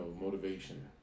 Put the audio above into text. motivation